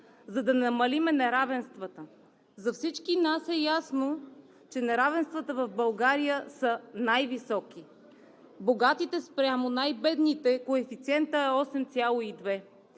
за да намалим неравенствата. За всички нас е ясно, че неравенствата в България са най-високи – богатите спрямо най-бедните, и коефициентът е 8,2.